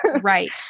Right